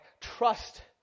trust